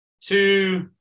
two